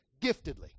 giftedly